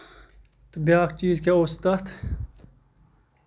تہٕ بیاکھ چیٖز کیاہ اوس تَتھ